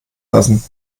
lassen